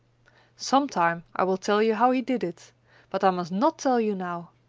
sometime i will tell you how he did it but i must not tell you now,